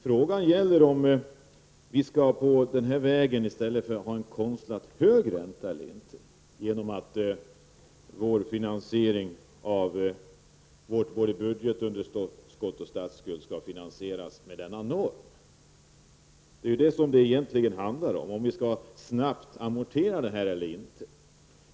Frågan gäller om vi skall gå den här vägen i stället för att ha en konstlat hög ränta genom att budgetunderskottet och statsskulden finansieras genom denna norm. Det handlar alltså om huruvida vi snabbt skall amortera bort detta eller inte.